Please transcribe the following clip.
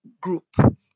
group